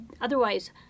Otherwise